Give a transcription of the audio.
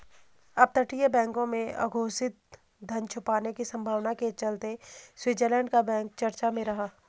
अपतटीय बैंकों में अघोषित धन छुपाने की संभावना के चलते स्विट्जरलैंड का बैंक चर्चा में रहा